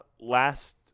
last